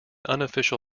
unofficial